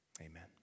amen